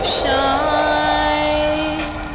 shine